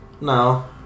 No